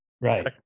right